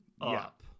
up